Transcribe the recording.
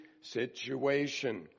situation